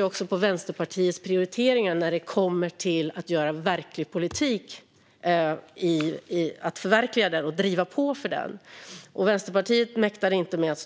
Det här visar Vänsterpartiets prioriteringar när det gäller att förverkliga och driva på för sin politik. Vänsterpartiet mäktar inte med att